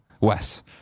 Wes